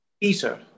Peter